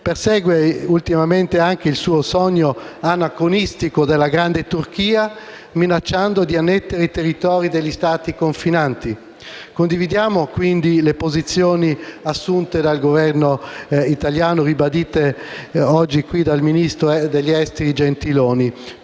Persegue ultimamente il sogno anacronistico della Grande Turchia minacciando di annettere territori degli Stati confinanti. Condividiamo, quindi, le posizioni assunte dal Governo italiano e ribadite oggi dal ministro degli affari esteri Gentiloni;